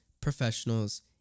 professionals